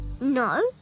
No